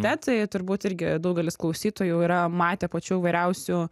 ted tai turbūt irgi daugelis klausytojų yra matę pačių įvairiausių